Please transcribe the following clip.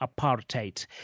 apartheid